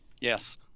yes